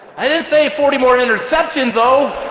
i didn't say forty more interceptions, though!